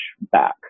back